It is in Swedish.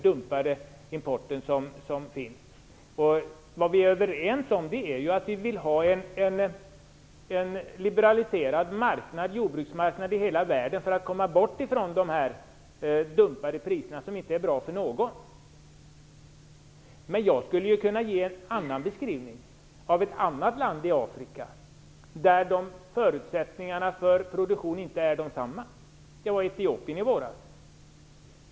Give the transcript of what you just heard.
Vi är överens om att det skall finnas en liberaliserad jordbruksmarknad över hela världen för att få bort de dumpade priserna - som inte är bra för någon. Men jag skulle kunna ge en annan beskrivning av ett annat land i Afrika där förutsättningarna för produktion inte är densamma. Jag var i Etiopien i våras.